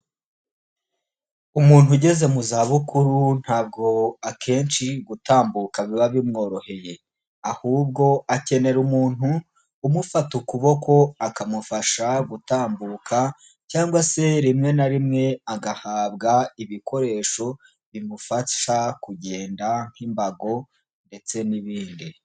Umuntu ugeze mu zabukuru ntabwo akenshi gutambuka biba bimworoheye ahubwo akenera umuntu umufata ukuboko, akamufasha gutambuka cyangwa se rimwe na rimwe, agahabwa ibikoresho bimufasha kugenda nk'imbago ndetse n'ibindi.